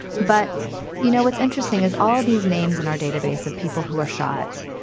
but you know, what's interesting is all these names in our database of people who are shot.